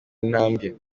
intambwe